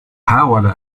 حاول